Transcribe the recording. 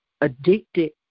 addicted